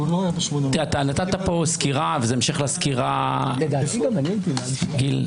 אתה נתת פה סקירה, וזה המשך לסקירה גיל,